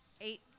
eight